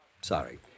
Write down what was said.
Sorry